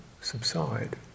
subside